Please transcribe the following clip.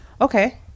Okay